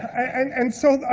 and and so, i